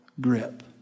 grip